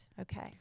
Okay